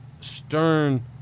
stern